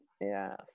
Yes